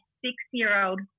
six-year-old